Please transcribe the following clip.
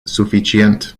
suficient